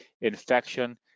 Infection